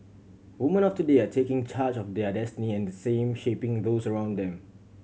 woman of today are taking charge of their destiny and at the same shaping those around them